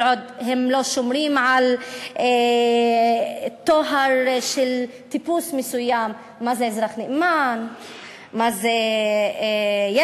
כל עוד הם לא שומרים על טוהר של טיפוס מסוים: מה זה אזרח נאמן,